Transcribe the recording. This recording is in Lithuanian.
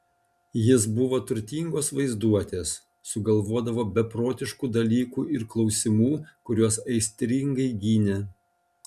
jis buvo turtingos vaizduotės sugalvodavo beprotiškų dalykų ir klausimų kuriuos aistringai gynė